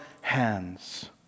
hands